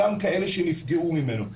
גם כאלה שנפגעו ממנו.